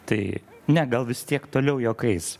tai ne gal vis tiek toliau juokais